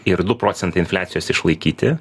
ir du procentai infliacijos išlaikyti